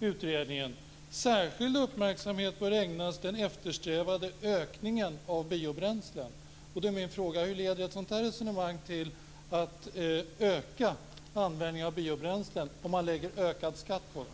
utredningen: Särskild uppmärksamhet bör ägnas den eftersträvade ökningen av biobränslen. Då är min fråga: Hur leder det resonemanget till att öka användningen av biobränslen om man lägger ökad skatt på dem?